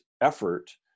effort